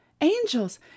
Angels